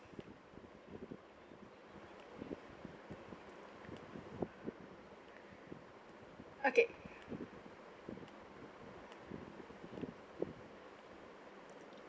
okay